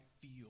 feel